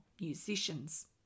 musicians